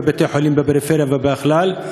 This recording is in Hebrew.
בבתי-חולים בפריפריה ובכלל.